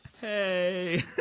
Hey